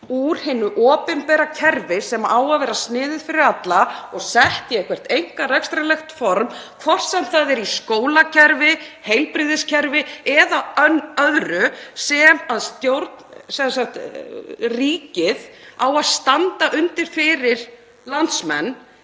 úr hinu opinbera kerfi sem á að vera sniðið að öllum og sett í eitthvert einkarekstrarlegt form, hvort sem það er í skólakerfi, heilbrigðiskerfi eða öðru sem ríkið á að standa undir fyrir landsmenn,